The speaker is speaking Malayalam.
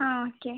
ആ ഓക്കെ